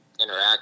interact